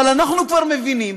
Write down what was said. אבל אנחנו כבר מבינים